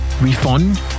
refund